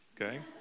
okay